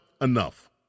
enough